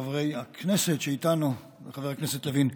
חברי הכנסת שאיתנו וחבר הכנסת לוין,